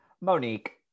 Monique